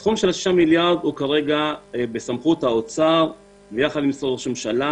הסכום של ה-6 מיליארד הוא כרגע בסמכות האוצר יחד עם משרד ראש הממשלה.